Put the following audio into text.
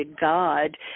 god